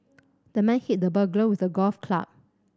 the man hit the burglar with a golf club